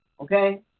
okay